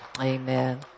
Amen